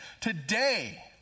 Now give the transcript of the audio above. today